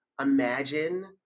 imagine